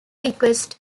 request